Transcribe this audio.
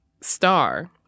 star